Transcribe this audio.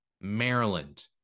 Maryland